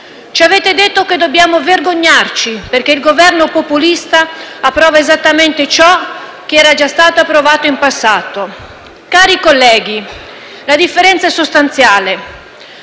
Ci avete detto che dobbiamo vergognarci perché il Governo populista approva esattamente ciò che era già stato approvato in passato. Cari colleghi, la differenza è sostanziale: